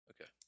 Okay